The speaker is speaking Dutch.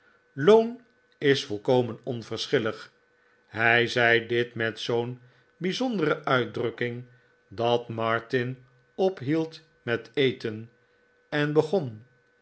loon is volkomen onverschillig hij zei dit met zoo'n bijzondere uitdrukking dat martin ophield met eten en begon